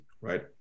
right